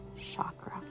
chakra